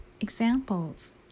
Examples